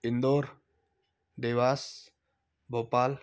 Indore Dewas Bhopal